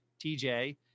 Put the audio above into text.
TJ